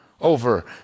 Over